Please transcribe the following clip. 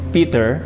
Peter